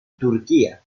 turquía